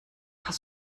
hast